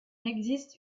existe